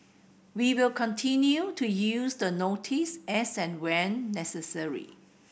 we will continue to use the notice as and when necessary